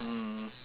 mm